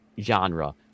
genre